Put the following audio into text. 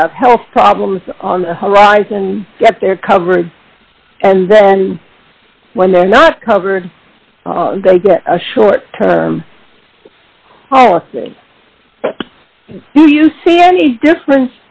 have health problems on the horizon get their coverage and then when they're not covered they got a short term policy do you see any difference